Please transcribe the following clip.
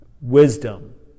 wisdom